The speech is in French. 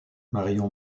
marion